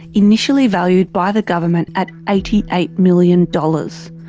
initially valued by the government at eighty eight million dollars.